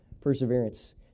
perseverance